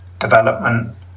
development